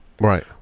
right